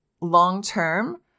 long-term